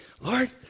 Lord